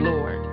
Lord